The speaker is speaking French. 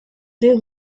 des